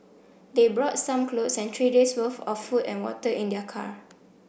they brought some clothes and three days worth of food and water in their car